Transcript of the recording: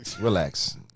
Relax